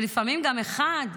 ולפעמים גם אחד.